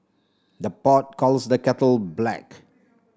the pot calls the kettle black